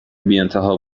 بیانتها